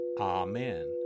Amen